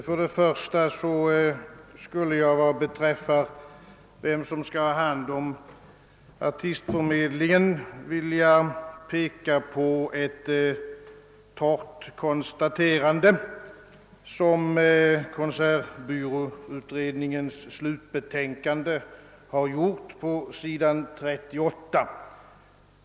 Herr talman! Vad beträffar dem som skall ha hand om artistförmedlingen skulle jag för det första vilja peka på ett kort konstaterande som konsertbyråutredningens slutbetänkande gjort på s. 38.